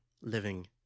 living